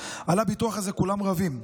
על הביטוח הזה כולם רבים.